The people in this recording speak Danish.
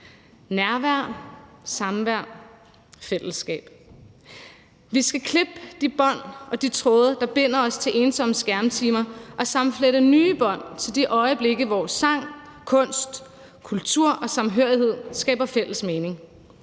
nærvær, samvær og fællesskab. Vi skal klippe de bånd og de tråde, der binder os til ensomme skærmtimer, og sammenflette nye bånd, så vi oplever de øjeblikke, hvor sang, kunst, kultur og samhørighed skaber fælles mening.